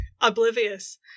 Oblivious